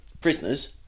prisoners